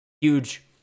huge